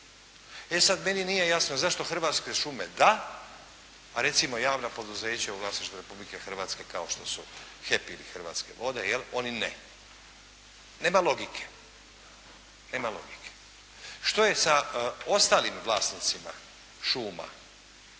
E sad, meni nije jasno zašto Hrvatske šume da, a recimo javna poduzeća u vlasništvu Republike Hrvatske kao što su HEP ili Hrvatske vode, oni ne. Nema logike. Nema logika. Što je sa ostalim vlasnicima šuma